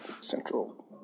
Central